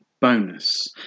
bonus